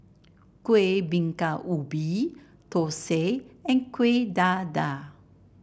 Kuih Bingka Ubi thosai and Kuih Dadar